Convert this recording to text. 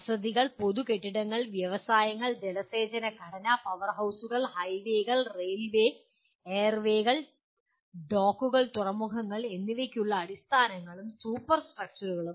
വസതികൾ പൊതു കെട്ടിടങ്ങൾ വ്യവസായങ്ങൾ ജലസേചന ഘടന പവർഹൌസുകൾ ഹൈവേകൾ റെയിൽവേ എയർവേകൾ ഡോക്കുകൾ തുറമുഖങ്ങൾ എന്നിവയ്ക്കുള്ള അടിസ്ഥാനങ്ങളും സൂപ്പർ സ്ട്രക്ചറുകളും